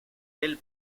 del